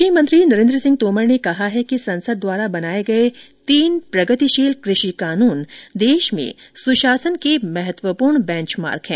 कृषि मंत्री नरेन्द्र सिंह तोमर ने कहा है कि संसद द्वारा बनाए गए तीन प्रगतिशील कृषि कानून देश में सुशासन के महत्वपूर्ण बेंचमार्क हैं